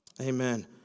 Amen